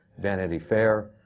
vanity fair,